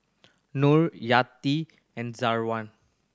Nor Yati and Zawan